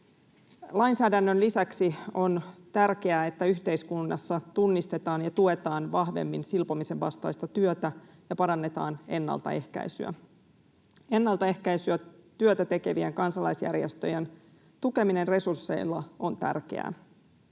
Lainsäädännön lisäksi on tärkeää, että yhteiskunnassa tunnistetaan ja tuetaan vahvemmin silpomisen vastaista työtä ja parannetaan ennaltaehkäisyä. Ennaltaehkäisytyötä tekevien kansalaisjärjestöjen tukeminen resursseilla on tärkeää.